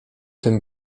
tym